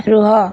ରୁହ